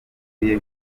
atuye